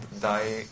die